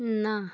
নাহ